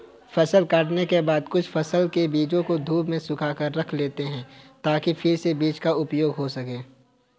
फसल काटने के बाद कुछ फसल के बीजों को धूप में सुखाकर रख लेते हैं ताकि फिर से बीज का उपयोग हो सकें